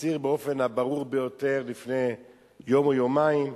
הצהיר באופן הברור ביותר, לפני יום או יומיים,